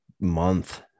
month